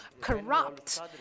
corrupt